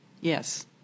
Yes